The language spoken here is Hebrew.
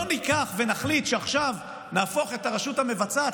לא ניקח ונחליט שעכשיו נהפוך את הרשות המבצעת